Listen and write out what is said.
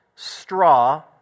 straw